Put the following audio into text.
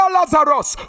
Lazarus